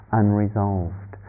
unresolved